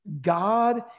God